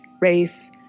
race